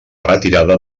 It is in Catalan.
retirada